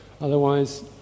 otherwise